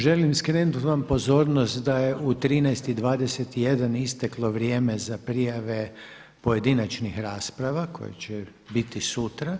Želim vam skrenuti pozornost da je u 13,21 isteklo vrijeme za prijave pojedinačnih rasprava koje će biti sutra.